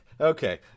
okay